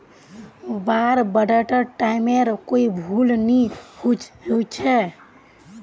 वार बांडेर टाइमेर कोई भेलू नी हछेक